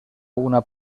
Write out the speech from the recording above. una